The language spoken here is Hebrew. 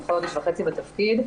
אני חודש וחצי בתפקיד.